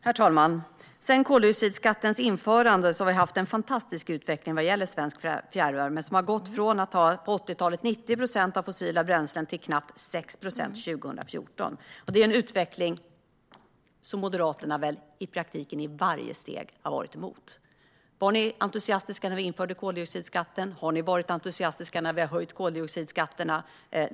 Herr talman! Sedan koldioxidskatten infördes har svensk fjärrvärme haft en fantastisk utveckling, från att på 80-talet ha 90 procent fossila bränslen till knappt 6 procent 2014. Det är en utveckling som Moderaterna i praktiken har varit emot i varje steg. Var ni entusiastiska när vi införde koldioxidskatten, Cecilie Tenfjord-Toftby? Har ni varit entusiastiska när vi har höjt koldioxidskatterna?